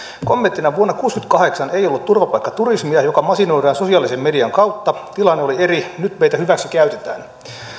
kommenttina vuonna kuusikymmentäkahdeksan ei ollut turvapaikkaturismia joka masinoidaan sosiaalisen median kautta tilanne oli eri nyt meitä hyväksikäytetään